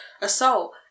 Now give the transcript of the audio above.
assault